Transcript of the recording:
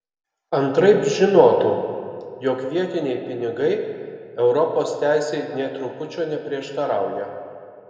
antraip žinotų jog vietiniai pinigai europos teisei nė trupučio neprieštarauja